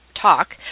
talk